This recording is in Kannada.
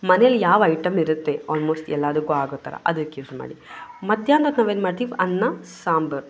ಮನೆಯಲ್ಲಿ ಯಾವ ಐಟಮ್ ಇರುತ್ತೆ ಆಲ್ಮೋಸ್ಟ್ ಎಲ್ಲದಕ್ಕೂ ಆಗೋ ಥರ ಅದಕ್ಕೆ ಯೂಸ್ ಮಾಡಿ ಮಧ್ಯಾಹ್ನಕ್ಕೆ ನಾವೇನು ಮಾಡ್ತೀವಿ ಅನ್ನ ಸಾಂಬಾರ್